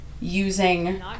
using